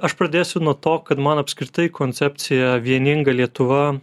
aš pradėsiu nuo to kad man apskritai koncepcija vieninga lietuva